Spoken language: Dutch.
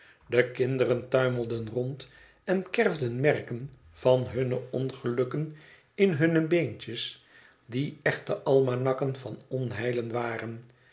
de kinderen tuimelden rond en kerfden merken van hunne ongelukken in hunne beentjes die echte almanakken van onheilen waren